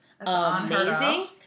amazing